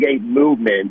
movement